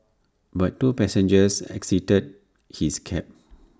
but two passengers exited his cab